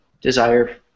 desire